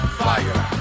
fire